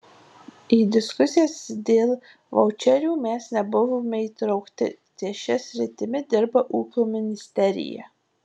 į diskusijas dėl vaučerių mes nebuvome įtraukti ties šia sritimi dirba ūkio ministerija